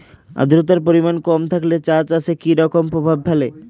আদ্রতার পরিমাণ কম থাকলে চা চাষে কি রকম প্রভাব ফেলে?